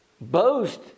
boast